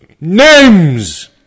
names